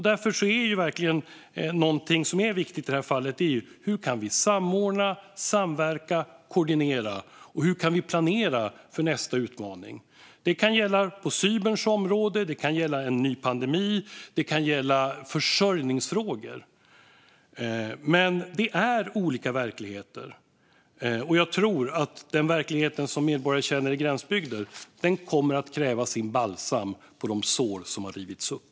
Därför är det verkligen att titta på hur vi kan samordna, samverka och koordinera. Hur kan vi planera för nästa utmaning? Det kan gälla cyberområdet, det kan gälla en ny pandemi och det kan gälla försörjningsfrågor. Det är olika verkligheter. Jag tror att den verklighet som medborgare i gränsbygder känner och de sår som har rivits upp kommer att kräva balsam för att läka.